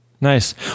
Nice